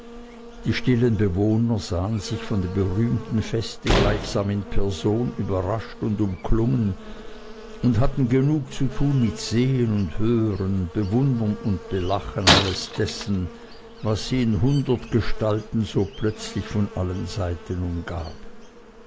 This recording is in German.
die stillen bewohner sahen sich von dem berühmten feste gleichsam in person überrascht und umklungen und hatten genug zu tun mit sehen und hören bewundern und belachen alles dessen was sie in hundert gestalten so plötzlich von allen seiten umgab